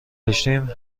داشتیم